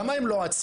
כמה הם לא עצרו?